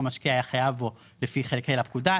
משקיע היה חייב בו לפי חלק ה' לפקודה,